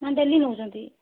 ନା ଡେଲି ନେଉଛନ୍ତି